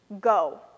Go